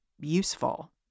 useful